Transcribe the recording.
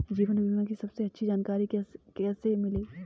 जीवन बीमा की सबसे अच्छी जानकारी कैसे मिलेगी?